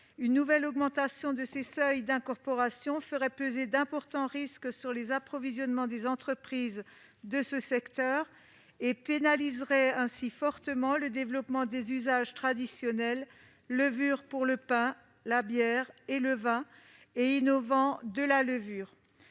Une nouvelle augmentation de ces seuils d'incorporation ferait peser d'importants risques sur les approvisionnements des entreprises de ce secteur et pénaliserait fortement le développement des usages traditionnels et innovants des levures, pour le pain, le vin et la bière notamment.